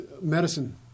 medicine